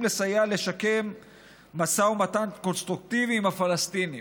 לסייע לשקם משא ומתן קונסטרוקטיבי עם הפלסטינים.